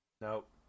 Nope